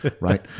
right